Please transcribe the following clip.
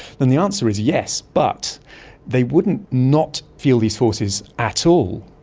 and the answer is yes, but they wouldn't not feel these forces at all,